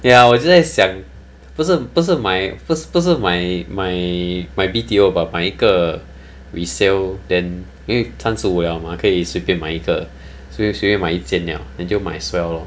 ya 我就在想不是不是买不是买买买 B_T_O about 买一个 resale than 因为三十五了 mah 可以随便买一个随便买一间 then 就 might as well